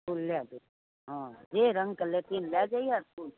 फूल लए जइहो हँ जे रङ्गके लेथिन लए जइहो फूल